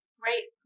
great